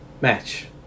match